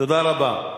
תודה רבה.